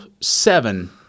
seven